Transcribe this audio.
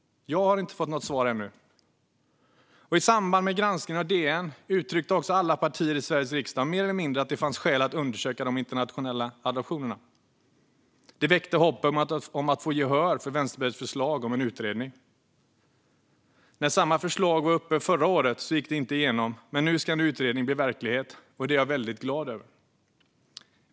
Jag har inte fått något svar än. I samband med granskningen gjord av DN uttryckte också alla partier i Sveriges riksdag mer eller mindre att det fanns skäl att undersöka de internationella adoptionerna. Det väckte hopp om att få gehör för Vänsterpartiets förslag om en utredning. När samma förslag var uppe förra året gick det inte igenom, men nu ska en utredning bli verklighet - vilket jag är väldigt glad över.